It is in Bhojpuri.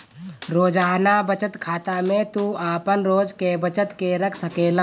रोजाना बचत खाता में तू आपन रोज के बचत के रख सकेला